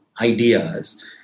ideas